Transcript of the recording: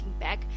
back